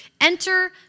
enter